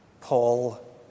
Paul